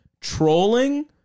trolling